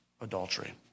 adultery